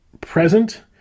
present